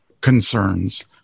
concerns